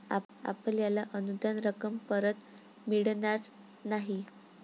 आपल्याला अनुदान रक्कम परत मिळणार नाही